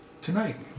tonight